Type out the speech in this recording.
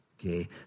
okay